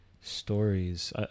stories